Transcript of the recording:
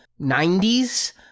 90s